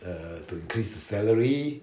err to increase the salary